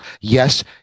Yes